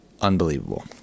unbelievable